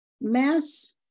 Mass